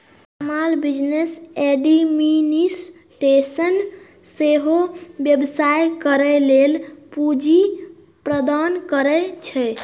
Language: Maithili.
स्माल बिजनेस एडमिनिस्टेशन सेहो व्यवसाय करै लेल पूंजी प्रदान करै छै